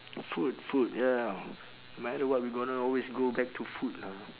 food food ya no matter what we gonna always go back to food know